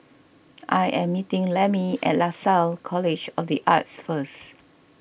I am meeting Lemmie at Lasalle College of the Arts first